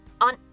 on